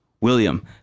William